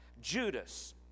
Judas